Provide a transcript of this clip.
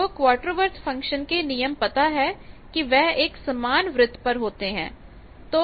आपको क्वार्टरवर्थ फंक्शन के नियम पता है कि वह एक समान वृत्त पर होते हैं